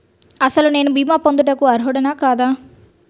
అసలు నేను భీమా పొందుటకు అర్హుడన కాదా?